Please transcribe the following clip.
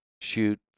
shoot